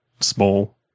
small